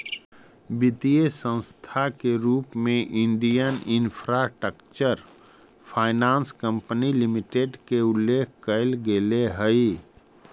वित्तीय संस्था के रूप में Indian infrastructure finance company limited के उल्लेख कैल गेले हइ